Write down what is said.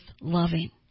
loving